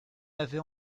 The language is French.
avait